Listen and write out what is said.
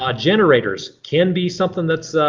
um generators can be something that's